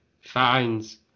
finds